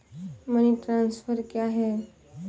Money transfer क्या है?